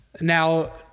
now